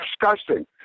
disgusting